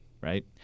right